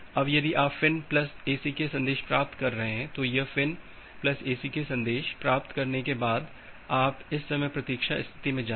अब यदि आप फ़िन् प्लस ACK संदेश प्राप्त कर रहे हैं तो यह फ़िन् प्लस ACK संदेश प्राप्त करने के बाद आप इस समय प्रतीक्षा स्थिति में जाएं